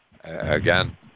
again